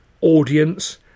Audience